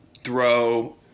throw